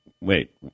wait